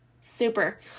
Super